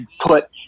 put